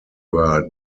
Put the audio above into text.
were